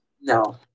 No